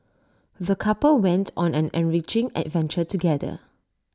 the couple went on an enriching adventure together